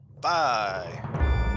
Bye